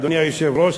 אדוני היושב-ראש,